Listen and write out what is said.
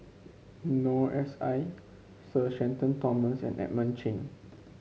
Noor S I Sir Shenton Thomas and Edmund Cheng